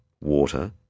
water